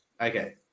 Okay